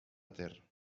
ter